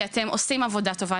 כי אתם עושים עבודה טובה.